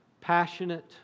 passionate